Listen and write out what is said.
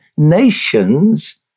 Nations